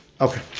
okay